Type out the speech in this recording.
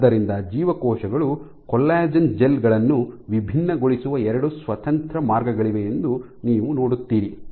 ಆದ್ದರಿಂದ ಜೀವಕೋಶಗಳು collagen gel ಗಳನ್ನು ವಿಭಿನ್ನಗೊಳಿಸುವ ಎರಡು ಸ್ವತಂತ್ರ ಮಾರ್ಗಗಳಿವೆ ಎಂದು ನೀವು ನೋಡುತ್ತೀರಿ